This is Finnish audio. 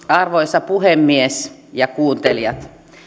arvoisa puhemies ja kuuntelijat